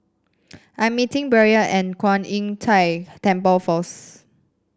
I'm meeting Braelyn at Kwan Im Tng Temple first